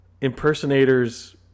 impersonators